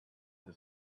that